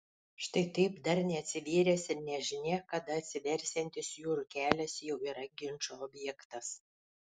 štai taip dar neatsivėręs ir nežinia kada atsiversiantis jūrų kelias jau yra ginčo objektas